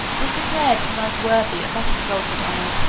was declared the most worthy of that exalted honor.